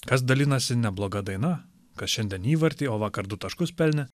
kas dalinasi nebloga daina kas šiandien įvartį o vakar du taškus pelnė